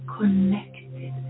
connected